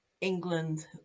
England